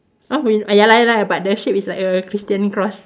oh re~ ya lah ya lah but the shape is like a Christian cross